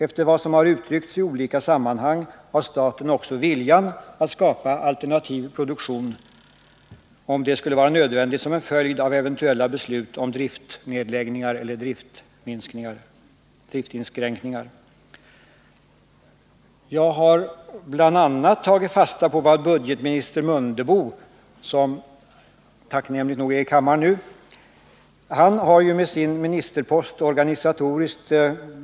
Efter vad som har uttryckts i olika sammanhang har staten också viljan att skapa alternativ produktion om detta skulle vara nödvändigt som en följd av eventuella beslut om driftnedläggningar eller driftinskränkningar. Jag har bl.a. tagit fasta på vad budgetminister Mundebo — som tacknämligt nog är i kammaren just nu — har sagt här i riksdagen i februari 1980.